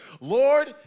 Lord